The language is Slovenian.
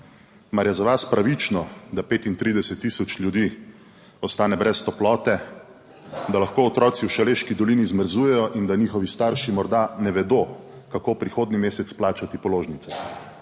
mar je za vas pravično, da 35 tisoč ljudi ostane brez toplote, da lahko otroci v Šaleški dolini zmrzujejo in da njihovi starši morda ne vedo, kako prihodnji mesec plačati položnice?